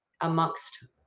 amongst